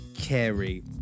carrie